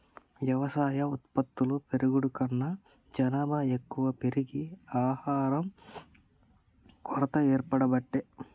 వ్యవసాయ ఉత్పత్తులు పెరుగుడు కన్నా జనాభా ఎక్కువ పెరిగి ఆహారం కొరత ఏర్పడబట్టే